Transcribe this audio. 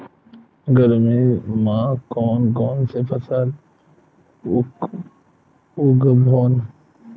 गरमी मा कोन कौन से फसल उगाबोन?